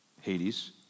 Hades